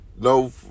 no